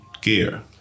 gear